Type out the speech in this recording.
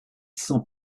sans